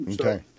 okay